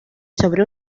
sobre